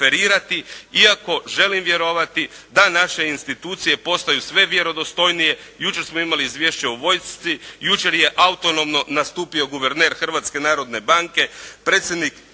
iako želim vjerovati da naše institucije postaju sve vjerodostojnije. Jučer smo imali izvješće o vojsci, jučer je autonomno nastupio guverner Hrvatske narodne banke. Predsjednik